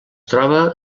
troba